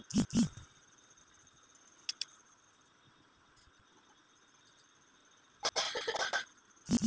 पासबुकमधून तुमच्या खात्यातील खर्च आणि पैशांची माहिती मिळते